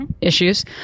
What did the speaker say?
issues